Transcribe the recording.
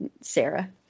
Sarah